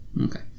Okay